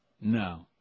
No